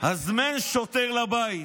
"הזמן שוטר לבית".